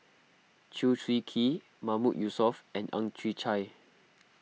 Chew Swee Kee Mahmood Yusof and Ang Chwee Chai